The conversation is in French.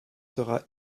sera